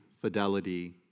fidelity